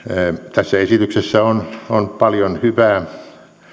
tässä esityksessä on on paljon hyvää